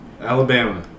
Alabama